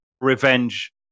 revenge